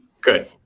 Good